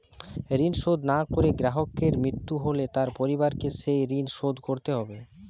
ঋণ শোধ না করে গ্রাহকের মৃত্যু হলে তার পরিবারকে সেই ঋণ শোধ করতে হবে?